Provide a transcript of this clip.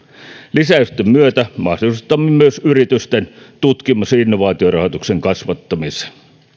lisäysten myötä mahdollistamme myös yritysten tutkimus ja innovaatiorahoituksen kasvattamisen